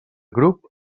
grup